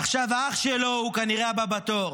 עכשיו אח שלו הוא כנראה הבא בתור,